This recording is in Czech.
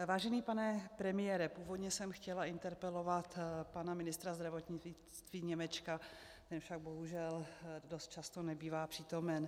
Vážený pane premiére, původně jsem chtěla interpelovat pana ministra zdravotnictví Němečka, ten však bohužel dost často nebývá přítomen.